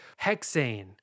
Hexane